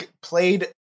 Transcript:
played